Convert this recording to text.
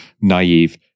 naive